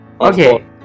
Okay